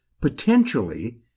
potentially